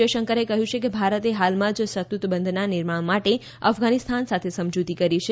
જયશંકરે કહ્યું કે ભારતે હાલમાં જ શતૂત બંધના નિર્માણ માટે અફઘાનિસ્તાન સાથે સમજૂતી કરી છે